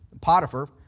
Potiphar